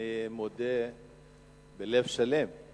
אני מודה בלב שלם על